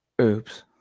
Oops